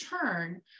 turn